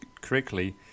correctly